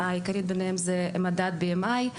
העיקרי ביניהם זה מדדBMI .